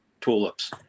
tulips